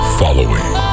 following